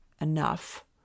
enough